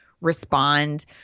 respond